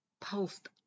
post